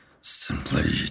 simply